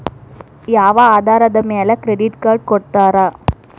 ಯಾವ ಆಧಾರದ ಮ್ಯಾಲೆ ಕ್ರೆಡಿಟ್ ಕಾರ್ಡ್ ಕೊಡ್ತಾರ?